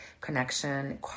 connection